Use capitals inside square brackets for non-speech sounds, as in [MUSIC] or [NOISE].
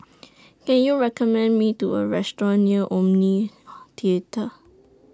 [NOISE] Can YOU recommend Me A Restaurant near Omni [NOISE] Theatre